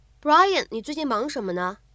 Brian,你最近忙什么呢